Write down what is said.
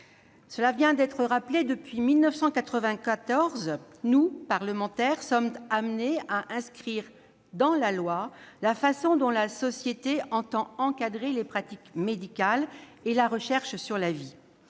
On vient de le rappeler : depuis 1994, nous, parlementaires, sommes amenés à inscrire dans la loi la façon dont la société entend encadrer les pratiques médicales et la recherche sur la vie.